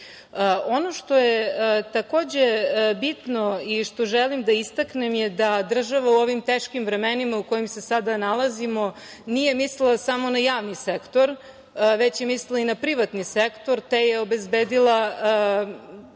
što je takođe bitno i što želim da istaknem da država u ovim teškim vremenima u kojima se sada nalazimo nije mislila samo na javni sektor, već je mislila i na privatni sektor, te je obezbedila,